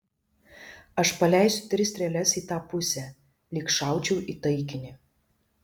aš paleisiu tris strėles į tą pusę lyg šaučiau į taikinį